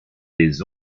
les